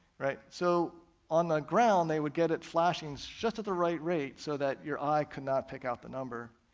right? so on the ground they would get it flashing so just at the right rate so that your eye could not pick out the number,